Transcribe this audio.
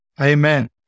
Amen